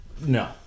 No